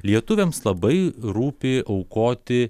lietuviams labai rūpi aukoti